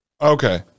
Okay